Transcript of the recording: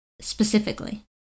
specifically